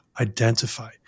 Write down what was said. identify